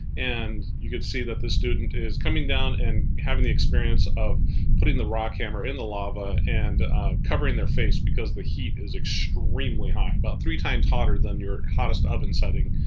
and you could see that the student is coming down and having the experience of putting the rock hammer in the lava and covering their face because the heat is extremely hot. about three times hotter than your hottest oven setting.